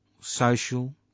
social